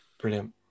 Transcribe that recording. Brilliant